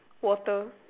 water